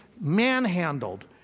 manhandled